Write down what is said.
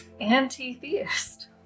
Anti-theist